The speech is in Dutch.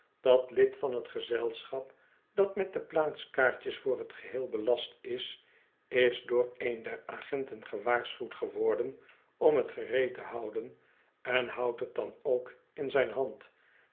dat lid van t gezelschap dat met de plaatskaartjes voor t geheel belast is is door een der agenten gewaarschuwd geworden om t gereed te houden en houdt het dan ook in zijn hand